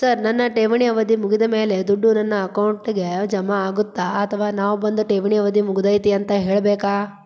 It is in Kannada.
ಸರ್ ನನ್ನ ಠೇವಣಿ ಅವಧಿ ಮುಗಿದಮೇಲೆ, ದುಡ್ಡು ನನ್ನ ಅಕೌಂಟ್ಗೆ ಜಮಾ ಆಗುತ್ತ ಅಥವಾ ನಾವ್ ಬಂದು ಠೇವಣಿ ಅವಧಿ ಮುಗದೈತಿ ಅಂತ ಹೇಳಬೇಕ?